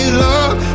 love